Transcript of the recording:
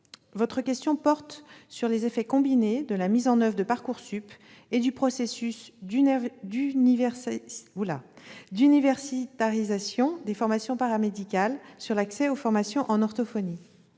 Votre question porte sur les effets combinés de la mise en oeuvre de Parcoursup et du processus d'universitarisation des formations paramédicales sur l'accès aux formations en orthophonie.